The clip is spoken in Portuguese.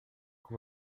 que